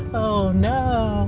oh no!